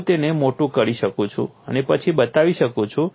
અને હું તેને મોટું કરી શકું છું અને પછી બતાવી શકું છું